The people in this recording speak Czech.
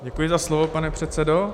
Děkuji za slovo, pane předsedo.